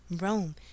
Rome